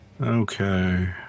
Okay